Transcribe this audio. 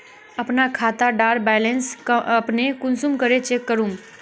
अपना खाता डार बैलेंस अपने कुंसम करे चेक करूम?